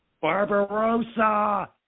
Barbarossa